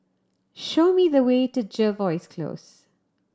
show me the way to Jervois Close